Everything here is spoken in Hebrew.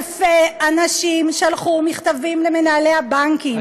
אלפי אנשים שלחו מכתבים למנהלי הבנקים,